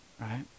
Right